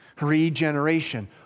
Regeneration